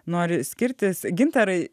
nori skirtis gintarai